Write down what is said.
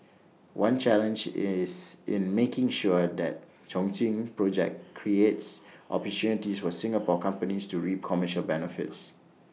one challenge in is in making sure that Chongqing project creates opportunities for Singapore companies to reap commercial benefits